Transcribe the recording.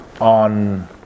on